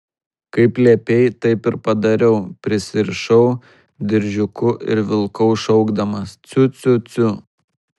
kaip liepei taip ir padariau prisirišau diržiuku ir vilkau šaukdamas ciu ciu ciu